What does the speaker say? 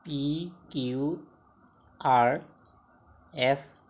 P Q R S